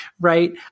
right